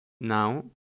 now